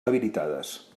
habilitades